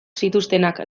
zituztenak